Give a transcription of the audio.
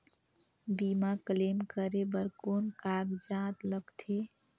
बीमा क्लेम करे बर कौन कागजात लगथे?